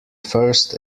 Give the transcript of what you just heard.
first